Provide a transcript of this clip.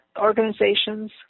organizations